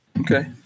Okay